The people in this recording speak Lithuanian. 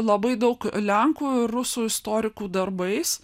labai daug lenkųir rusų istorikų darbais